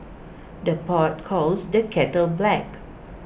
the pot calls the kettle black